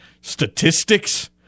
statistics